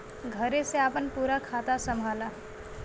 घरे से आपन पूरा खाता संभाला